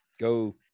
Go